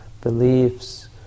beliefs